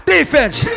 Defense